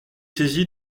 saisi